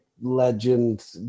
legend